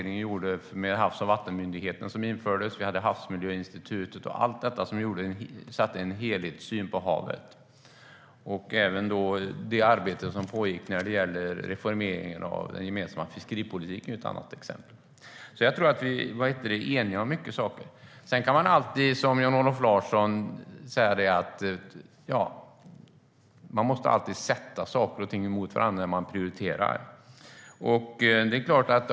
Man införde Havs och vattenmyndigheten, Havsmiljöinstitutet och annat som satte ett helhetsfokus på havet. Jag vill också nämna arbetet med reformering av den gemensamma fiskeripolitiken. Jag tror att vi är eniga om mycket saker. Sedan kan man alltid som Jan-Olof Larsson säga att man måste sätta saker och ting mot varandra när man prioriterar.